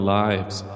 lives